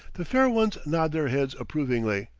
the fair ones nod their heads approvingly,